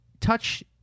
touch